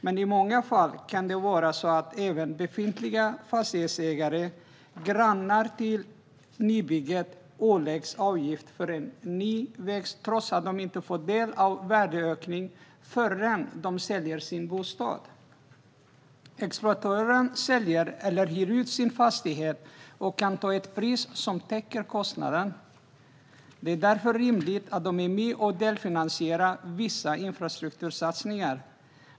Men i många fall kan det vara så att även befintliga fastighetsägare, grannar till nybygget, åläggs avgift för en ny väg, trots att de inte får del av värdeökningen förrän de säljer sin bostad. Exploatören säljer eller hyr ut sin fastighet och kan ta ett pris som täcker kostnaden. Det är därför rimligt att de är med och delfinansierar vissa infrastruktursatsningar.